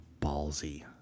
ballsy